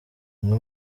umwe